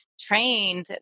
trained